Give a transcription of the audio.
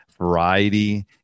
variety